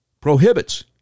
prohibits